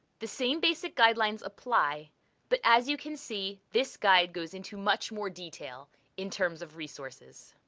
the same basic guidelines apply but as you can see, this guide goes into much more detail in terms of resources.